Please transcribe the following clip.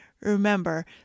Remember